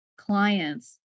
clients